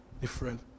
Different